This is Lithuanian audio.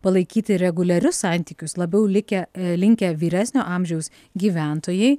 palaikyti reguliarius santykius labiau likę linkę vyresnio amžiaus gyventojai